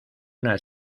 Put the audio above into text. una